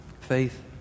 faith